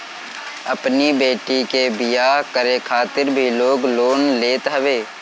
अपनी बेटी के बियाह करे खातिर भी लोग लोन लेत हवे